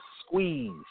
squeeze